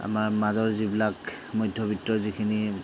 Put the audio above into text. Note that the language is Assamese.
আমাৰ মাজৰ যিবিলাক মধ্যবিত্ত যিখিনি